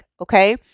okay